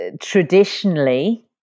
Traditionally